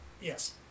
yes